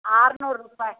ಆರ್ನೂರು ರೂಪಾಯಿ